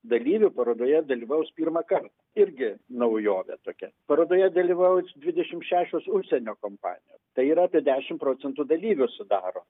dalyvių parodoje dalyvaus pirmąkart irgi naujovė tokia parodoje dalyvaus dvidešim šešios užsienio kompanijos tai yra apie dešim procentų dalyvių sudaro